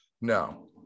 no